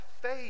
faith